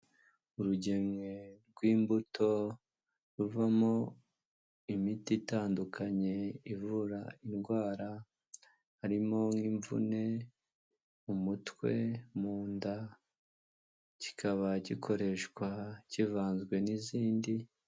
Urugemwe rw'imbuto ruvamo imiti itandukanye ivura indwara, harimo nk'imvune umutwe mu nda, kikaba gikoreshwa kivanzwe n'izindi.